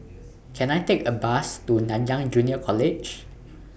Can I Take A Bus to Nanyang Junior College